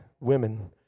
women